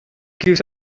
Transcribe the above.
gives